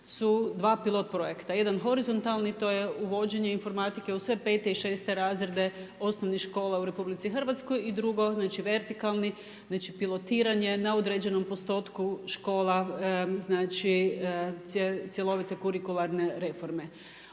su dva pilot projekta. Jedan horizontalni, to je uvođenje informatike u sve 5. i 6. razrede osnovnih škola u RH, i drugo znači vertikalni, znali pilotiranje na određenom postotku škola, znači cjelovite kurikularne reforme.